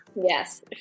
Yes